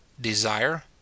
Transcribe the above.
desire